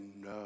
no